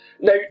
Now